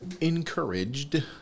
encouraged